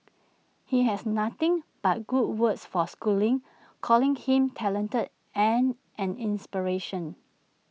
he has nothing but good words for schooling calling him talented and an inspiration